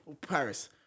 Paris